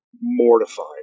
mortified